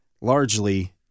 largely